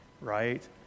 right